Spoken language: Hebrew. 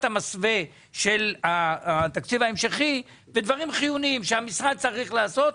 המסווה של התקציב ההמשכי מדברים חיוניים שהמשרד צריך לעשות.